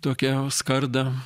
tokią skardą